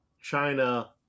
China